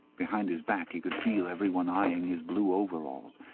behind his back he could feel everyone eyeing his blue overalls.